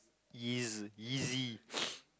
is easy